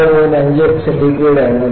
5 degree സെന്റിഗ്രേഡായിരുന്നു